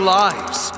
lives